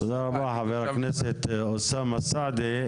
תודה רבה חבר הכנסת אוסאמה סעדי.